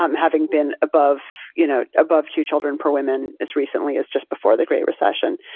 um having been above you know above two children for women as recently as just before the great recession.